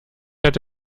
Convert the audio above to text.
hat